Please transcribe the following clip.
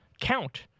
count